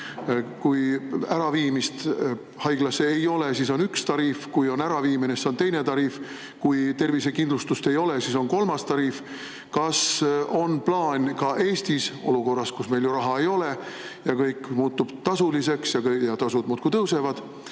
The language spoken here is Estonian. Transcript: Kui äraviimist haiglasse ei ole, siis on üks tariif, kui on äraviimine, siis on teine tariif. Kui tervisekindlustust ei ole, siis on kolmas tariif. Kas on plaan ka Eestis olukorras, kus meil ju raha ei ole ja kõik muutub tasuliseks ja tasud muudkui tõusevad,